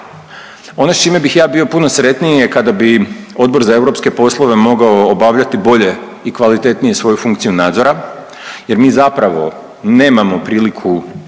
Ono s čime bih ja bio puno sretniji je kada bi Odbor za europske poslove mogao obavljati bolje i kvalitetnije svoju funkciju nadzora jer mi zapravo nemamo priliku nadzirati